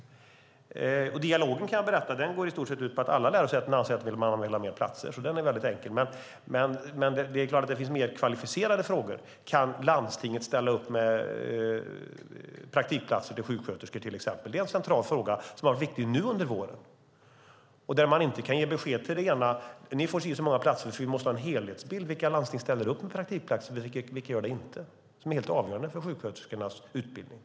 Jag kan berätta att dialogen i stort sett går ut på att alla lärosäten anser att man ska ha fler platser, så på det sättet är den väldigt enkel. Samtidigt är det klart att det finns mer kvalificerade frågor, till exempel om landstinget kan ställa upp med praktikplatser till sjuksköterskor. Det är en central fråga som har varit viktig nu under våren. Där kan man inte ge besked till ett enskilt lärosäte förrän man har en helhetsbild av vilka landsting som ställer upp med praktikplatser. Det är helt avgörande för sjuksköterskornas utbildning.